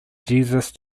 jesus